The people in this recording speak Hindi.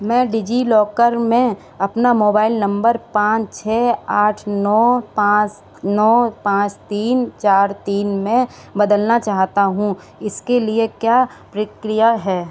मैं डिजिलॉकर में अपना मोबाइल नंबर पाँच छः आठ नौ पाँच नौ पाँच तीन चार तीन में बदलना चाहता हूँ इसके लिए क्या प्रक्रिया है